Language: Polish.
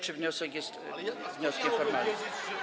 czy wniosek jest wnioskiem formalnym.